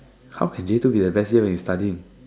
how can J-two be the best year when you're studying